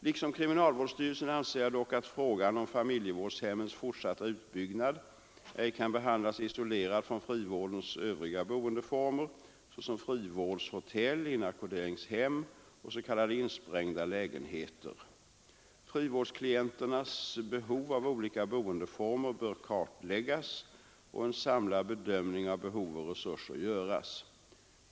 Liksom kriminalvårdsstyrelsen anser jag dock att frågan om familjevårdshemmens fortsatta utbyggnad ej kan behandlas isolerad från frivårdens övriga boendeformer såsom frivårdshotell, inackorderingshem och s.k. insprängda lägenheter. Frivårdsklienternas behov av olika boendeformer bör kartläggas och en samlad bedömning av behov och resurser göras.